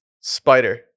Spider